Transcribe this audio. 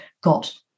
got